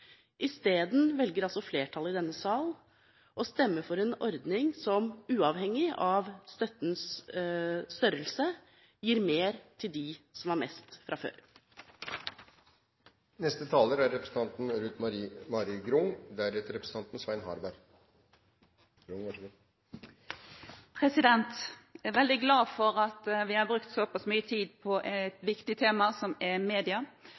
Isteden velger flertallet i denne sal å stemme for en ordning som, uavhengig av støttens størrelse, gir mer til dem som har mest fra før. Jeg er veldig glad for at vi har brukt såpass mye tid på et så viktig tema som media. Men noe av det jeg savner i argumentasjonen fra Høyre og Fremskrittspartiet, er